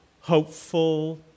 hopeful